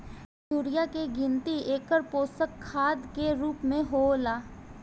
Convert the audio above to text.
urea के गिनती एकल पोषक खाद के रूप में होला